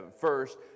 First